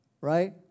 right